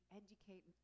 educate